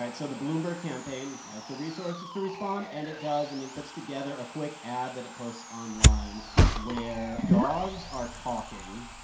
so the bloomberg campaign has the resources to respond, and it does. and it puts together a quick ad that it posts online where dogs are talking.